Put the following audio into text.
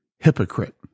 hypocrite